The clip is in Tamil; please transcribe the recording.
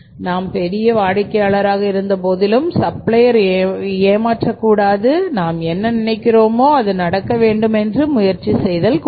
நாம் பெரிய வாடிக்கையாளராக இருந்த போதிலும் சப்ளையர் ஏமாற்ற நினைக்க கூடாது நாம் என்ன நினைக்கிறோமோ அது நடக்க வேண்டுமென்று முயற்சி செய்தல் கூடாது